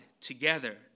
together